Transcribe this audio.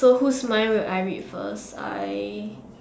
so whose mind will I read first I